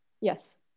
Yes